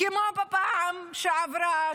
כמו בפעם שעברה,